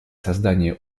создания